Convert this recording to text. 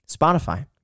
Spotify